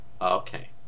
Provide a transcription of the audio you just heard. okay